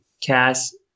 cast